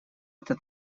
эта